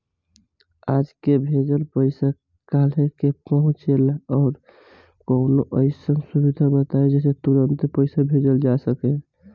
आज के भेजल पैसा कालहे काहे पहुचेला और कौनों अइसन सुविधा बताई जेसे तुरंते पैसा भेजल जा सके?